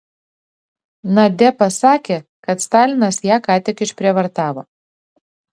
nadia pasakė kad stalinas ją ką tik išprievartavo